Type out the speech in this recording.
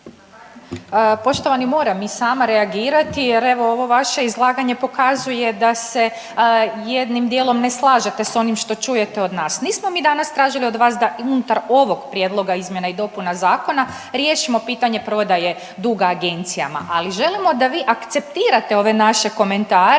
Poštovani moram i sama reagirati jer evo ovo vaše izlaganje pokazuje da se jednim dijelom ne slažete što čujete od nas. Nismo mi danas tražili od vas da unutar ovog prijedloga izmjena i dopuna zakona riješimo pitanje prodaje duga agencijama, ali želimo da vi akceptirate ove naše komentare